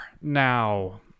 Now